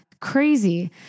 Crazy